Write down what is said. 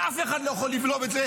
ואף אחד לא יכול לבלום את זה,